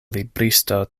libristo